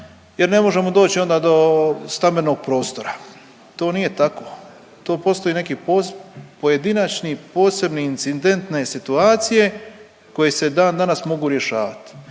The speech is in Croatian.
jer ne možemo doći onda do stambenog prostora. To nije tako, to postoji neki pojedinačni posebne incidentne situacije koje se dan danas mogu rješavat.